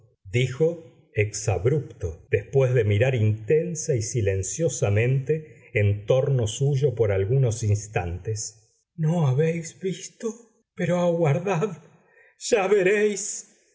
ex abrupto después de mirar intensa y silenciosamente en torno suyo por algunos instantes no habéis visto pero aguardad ya veréis